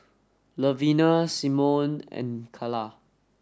Levina Simone and Kala